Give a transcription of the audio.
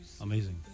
Amazing